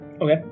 Okay